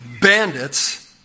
bandits